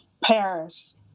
Paris